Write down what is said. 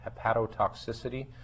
hepatotoxicity